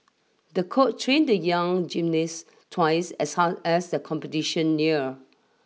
the coach trained the young gymnast twice as hard as the competition near